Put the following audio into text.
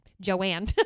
Joanne